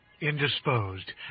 Indisposed